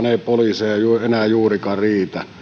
ei poliiseja enää juurikaan riitä